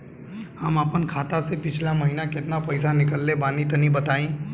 हम आपन खाता से पिछला महीना केतना पईसा निकलने बानि तनि बताईं?